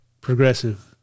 progressive